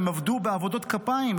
הם עבדו בעבודות כפיים,